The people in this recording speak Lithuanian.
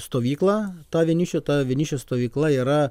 stovyklą tą vienišių ta vienišių stovykla yra